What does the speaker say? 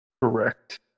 Correct